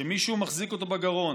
שמישהו מחזיק אותו בגרון,